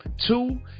two